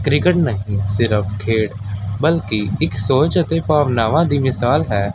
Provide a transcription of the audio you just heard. cricket ਨਹੀਂ ਸਿਰਫ ਖੇਡ ਬਲਕਿ ਇੱਕ ਸੋਚ ਅਤੇ ਭਾਵਨਾਵਾਂ ਦੀ ਮਿਸਾਲ ਹੈ